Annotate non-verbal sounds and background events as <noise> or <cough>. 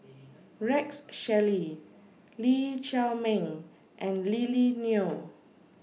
<noise> Rex Shelley Lee Chiaw Meng and Lily Neo